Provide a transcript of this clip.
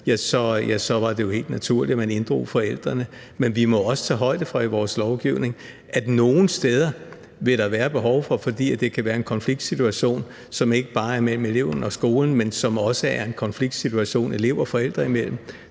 var det helt naturligt, at man inddrog forældrene. Men vi må også tage højde for i vores lovgivning, at nogle steder er det, fordi der kan være tale om en konfliktsituation, som ikke bare er mellem eleven og skolen, men også mellem eleven og forældrene,